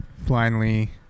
blindly